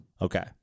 Okay